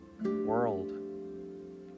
world